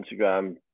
Instagram